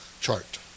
chart